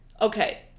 Okay